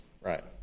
Right